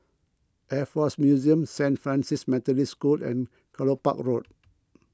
Air force Museum Saint Francis Methodist School and Kelopak Road